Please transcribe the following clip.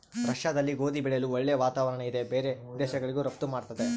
ರಷ್ಯಾದಲ್ಲಿ ಗೋಧಿ ಬೆಳೆಯಲು ಒಳ್ಳೆ ವಾತಾವರಣ ಇದೆ ಬೇರೆ ದೇಶಗಳಿಗೂ ರಫ್ತು ಮಾಡ್ತದೆ